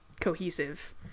cohesive